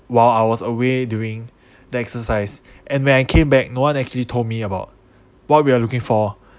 while I was away doing the exercise and when I came back no one actually told me about what we are looking for